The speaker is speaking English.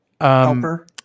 Helper